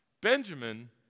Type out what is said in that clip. Benjamin